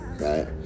Right